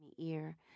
ear